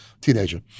teenager